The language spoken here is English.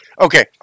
Okay